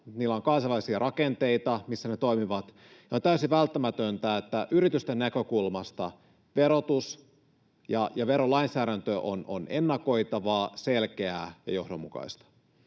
niillä on kansainvälisiä rakenteita, missä ne toimivat, ja on täysin välttämätöntä, että yritysten näkökulmasta verotus ja verolainsäädäntö on ennakoitavaa, selkeää ja johdonmukaista.